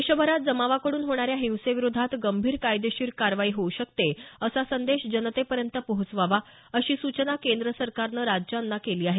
देशभरात जमावाकडून होणार्या हिंसेविरोधात गंभीर कायदेशीर कारवाई होऊ शकते असा संदेश जनतेपर्यंत पोहोचवावा अशी सूचना केंद्र सरकारनं राज्यांना केली आहे